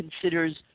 considers